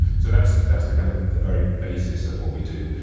so that's that's the kind of the very basis of what we do.